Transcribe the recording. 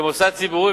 כמוסד ציבורי,